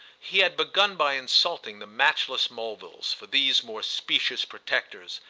he had begun by insulting the matchless mulvilles for these more specious protectors,